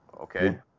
Okay